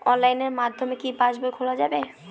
অনলাইনের মাধ্যমে কি পাসবই খোলা যাবে?